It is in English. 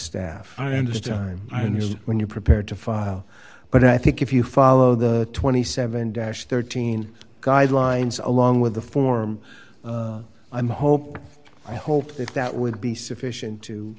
staff i understand i knew when you prepared to file but i think if you follow the twenty seven dash thirteen guidelines along with the form i'm hope i hope that that would be sufficient to